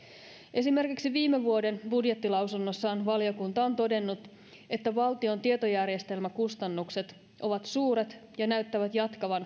esimerkiksi viime vuoden budjettilausunnossaan valiokunta on todennut että valtion tietojärjestelmäkustannukset ovat suuret ja näyttävät jatkavan